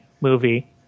movie